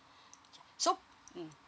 yeah so mm